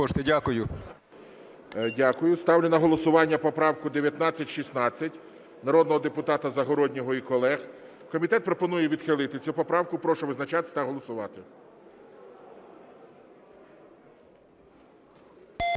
Дякую. Ставлю на голосування поправку 1916 народного депутата Загороднього і колег. Комітет пропонує відхилити цю поправку. Прошу визначатись та голосувати.